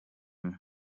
imwe